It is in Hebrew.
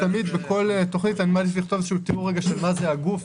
בכל תוכנית עדיף לכתוב תיאור של מה זה הגוף,